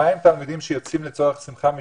מה עם תלמידים שיוצאים לצורך שמחה משפחתית,